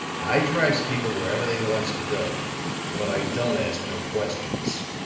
i drives people wherever they wants to go but i don't ask no questions.